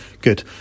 good